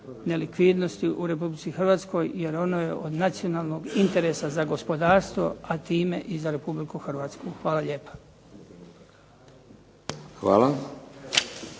nelikvidnosti u Republici Hrvatskoj jer ono je od nacionalnog interesa za gospodarstvo a time i za Republiku Hrvatsku. Hvala lijepa.